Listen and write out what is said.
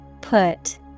Put